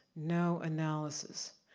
no analysis.